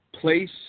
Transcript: place